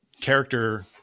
character